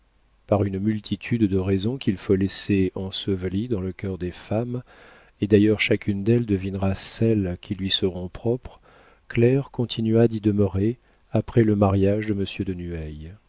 par une multitude de raisons qu'il faut laisser ensevelies dans le cœur des femmes et d'ailleurs chacune d'elles devinera celles qui lui seront propres claire continua d'y demeurer après le mariage de monsieur de